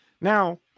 now